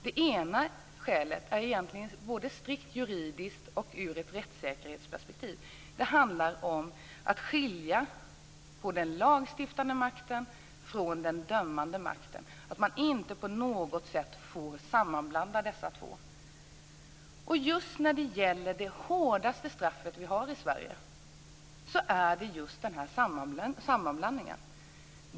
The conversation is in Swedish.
Det ena skälet är egentligen strikt juridiskt men det är också att se i ett rättssäkerhetsperspektiv. Det handlar om att skilja den lagstiftande makten från den dömande makten, om att man inte på något sätt får sammanblanda dessa två. När det gäller det hårdaste straffet som vi har i Sverige är det just fråga om denna sammanblandning.